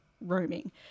roaming